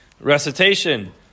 recitation